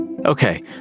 Okay